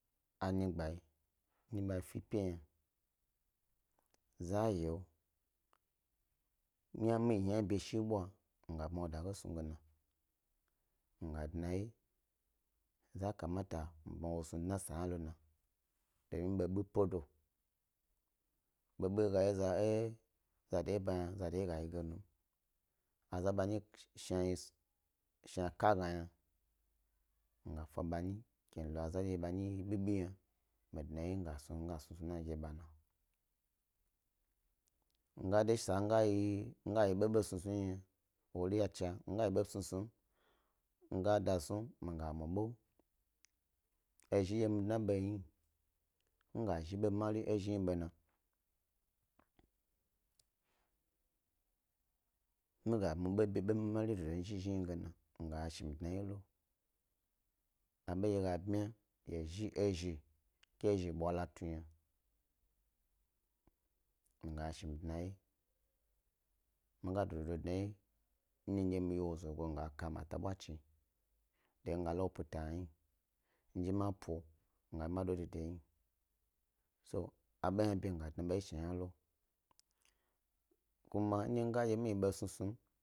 Anyigbonyi ndye ba pepio yna, za yon dye mi yna shi bwa mi gab ma wo da ge snu yna na’ miga dnawye zakamata mi bma wosnu dna sa hna lona domin bobi pedo, bobi gayi eze dehna balon ega yi za de ha balo num, a za be nyi shi (yi so) ka gna yna, mi ga fa ba nyi ke mi lo azanyi endye yi ɓeɓe yna, mi dnawye miga snu nana de bena, mi dye sa mi ga yi ɓoɓo snusnu yna wune ynacha, miga snu nana de bena, mi dye sa mi ga yi ɓoɓo snusnu yna wure yna cha, miga yiɓo snusnu mi ga da snu mi ga mu ɓo, ezhi endye mi dna bo hni, mi ga zhi ɓomari dodo ezhi bona, mi ga mu bo mari dodo mi zhi ezhige na mi ga yashi mi dnawye lo, a bon dye gab ma ge ezhi ezhi ke wo ɓwa latu yna, mi yashi mi dnawye, mi ga dododo dnawye ndye mi dye wye mi yi wo zogoyi miga ka ma ta wachi de miga lawo peta yna hni, mi zhi ɗa po miga do dede hni so aɗo hna ɗi miga ba dnawye shni hna lo kuma ndye miga dye wye mi yi ɗosnusnu yim.